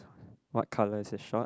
what colour is his short